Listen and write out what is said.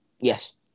Yes